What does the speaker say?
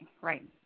right